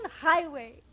Highway